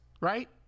right